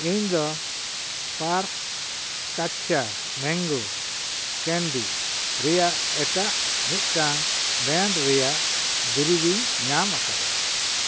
ᱤᱧ ᱫᱚ ᱯᱟᱨ ᱠᱟᱪᱪᱷᱟ ᱢᱮᱝᱜᱳ ᱠᱮᱱᱰᱤ ᱨᱮᱭᱟᱜ ᱮᱴᱟᱜ ᱢᱤᱫᱴᱟᱝ ᱵᱨᱮᱱᱰ ᱨᱮᱭᱟᱜ ᱫᱩᱨᱤᱵᱤᱧ ᱧᱟᱢ ᱟᱠᱟᱫᱟ